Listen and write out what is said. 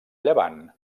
llevant